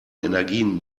energien